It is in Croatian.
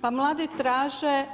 Pa mladi traže